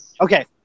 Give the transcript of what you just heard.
Okay